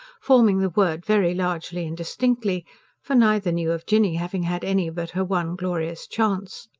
forming the word very largely and distinctly for neither knew of jinny having had any but her one glorious chance.